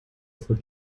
for